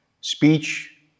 Speech